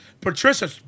Patricia